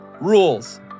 Rules